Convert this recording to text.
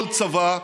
כל צבא,